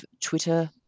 Twitter